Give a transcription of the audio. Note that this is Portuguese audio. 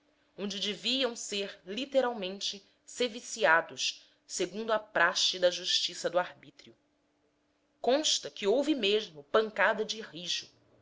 onde deviam ser literalmente seviciados segundo a praxe da justiça do arbítrio consta que houve mesmo pancada de rijo